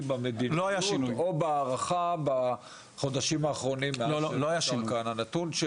במדיניות או בהערכה בחודשים האחרונים מאז שנוצר כאן הנתון.